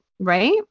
Right